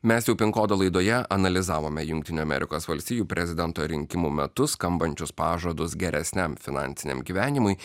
mes jau pin kodo laidoje analizavome jungtinių amerikos valstijų prezidento rinkimų metu skambančius pažadus geresniam finansiniam gyvenimui